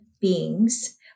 beings